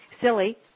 silly